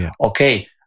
Okay